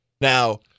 Now